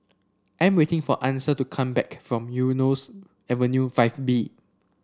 I'm waiting for Ansel to come back from Eunos Avenue Five B